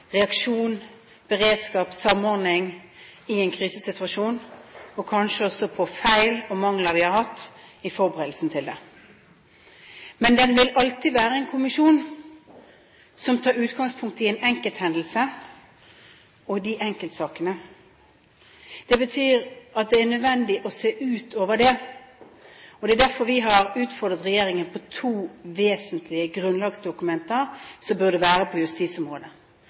reaksjon, beredskap og samordning i en krisesituasjon – og kanskje også om feil og mangler vi har hatt i forberedelsene på den. Men dette vil alltid være en kommisjon som tar utgangspunkt i en enkelthendelse og i enkeltsaker. Det betyr at det er nødvendig å se utover det. Det er derfor vi har utfordret regjeringen på to vesentlige grunnlagsdokumenter som burde være på justisområdet.